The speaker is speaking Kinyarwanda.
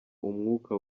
umwuka